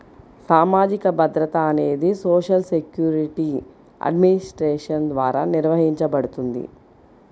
సామాజిక భద్రత అనేది సోషల్ సెక్యూరిటీ అడ్మినిస్ట్రేషన్ ద్వారా నిర్వహించబడుతుంది